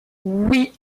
oui